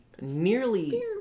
nearly